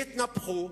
שהתנפחו